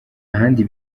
ahandi